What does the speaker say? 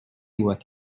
what